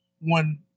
one